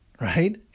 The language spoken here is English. right